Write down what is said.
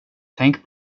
tänk